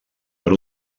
per